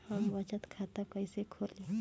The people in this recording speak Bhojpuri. हम बचत खाता कइसे खोलीं?